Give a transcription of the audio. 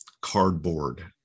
cardboard